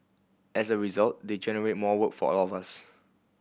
as a result they generate more work for all of us